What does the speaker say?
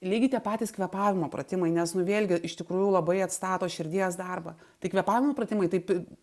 lygiai tie patys kvėpavimo pratimai nes nu vėlgi iš tikrųjų labai atstato širdies darbą tai kvėpavimo pratimai taip